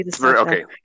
Okay